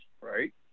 right